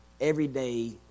Everyday